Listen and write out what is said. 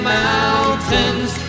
mountains